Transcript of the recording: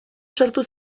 sortu